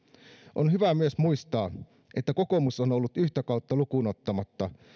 on hyvä myös muistaa että kokoomus on ollut yhtä kautta lukuun ottamatta